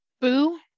boo